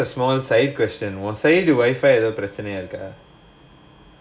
and sure but just a small side question was பிரச்னைனு நெனைக்கிறேன்:pirachanainnu nenaikkraen